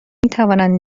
میتوانند